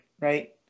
right